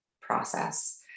process